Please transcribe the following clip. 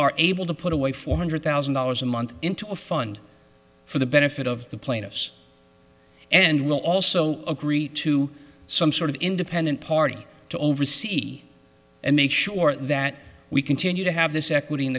are able to put away four hundred thousand dollars a month into a fund for the benefit of the plaintiffs and we'll also agree to some sort of independent party to oversee and make sure that we continue to have this equity in